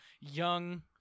young